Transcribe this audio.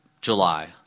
July